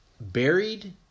buried